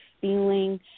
feeling